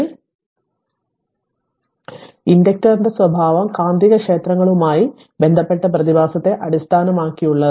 അതിനാൽ ഞാൻ ഇത് മായ്ക്കട്ടെ ഇൻഡക്ടറിന്റെ സ്വഭാവം കാന്തികക്ഷേത്രങ്ങളുമായി ബന്ധപ്പെട്ട പ്രതിഭാസത്തെ അടിസ്ഥാനമാക്കിയുള്ളതാണ്